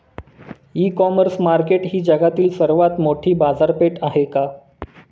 इ commerce market ही जगातील सर्वात मोठी बाजारपेठ आहे का?